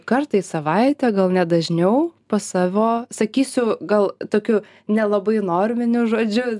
kartą į savaitę gal net dažniau pas savo sakysiu gal tokiu nelabai norminiu žodžiu